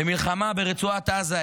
במלחמה ברצועת עזה,